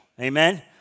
amen